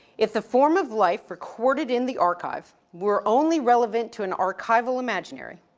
if the form of life recorded in the archive were only relevant to an archival imaginary,